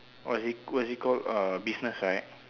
what is it what is it called uh business right